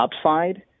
upside